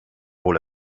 wohl